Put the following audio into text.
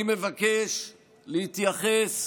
אני מבקש להתייחס